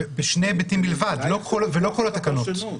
בשני היבטים בלבד ולא כל התקנות.